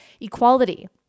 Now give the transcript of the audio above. equality